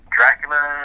Dracula